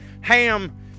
ham